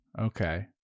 Okay